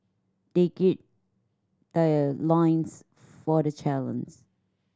they gird their loins for the challenge